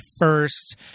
first